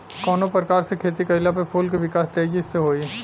कवना प्रकार से खेती कइला पर फूल के विकास तेजी से होयी?